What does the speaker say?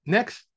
Next